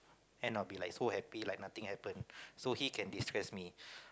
end I'll be like so happy like nothing happen so he can distress me